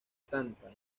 santa